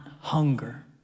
hunger